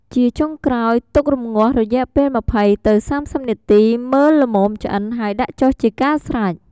ជាចុងក្រោយ ទុករម្ងាស់រយៈពេល ២០ទៅ៣០ នាទី មើលល្មមឆ្អិន ហើយដាក់ចុះជាការស្រេច។